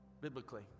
biblically